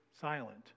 silent